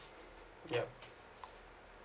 yup